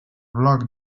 bloc